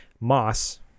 moss